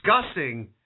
discussing